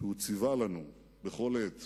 שהוא ציווה לנו בכל עת